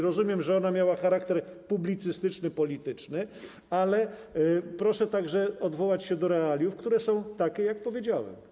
Rozumiem, że ona miała charakter publicystyczny, polityczny, ale proszę także odwołać się do realiów, które są takie, jak powiedziałem.